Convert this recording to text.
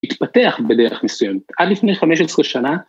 ‫התפתח בדרך מסוימת, ‫עד לפני 15 שנה.